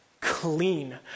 clean